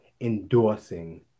endorsing